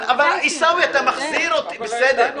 אבל עיסאווי, אתה מחזיר אותי --- דנו בזה.